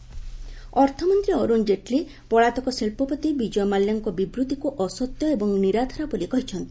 ଜେଟ୍ଲି ମାଲ୍ୟା ଅର୍ଥମନ୍ତ୍ରୀ ଅରୁଣ ଜେଟ୍ଲୀ ପଳାତକ ଶିଳ୍ପପତି ବିଜୟ ମାଲ୍ୟାଙ୍କ ବିବୃତିକୁ ଅସତ୍ୟ ଏବଂ ନିରାଧାର ବୋଲି କହିଛନ୍ତି